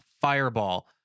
fireball